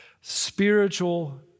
Spiritual